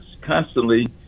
constantly